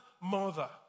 mother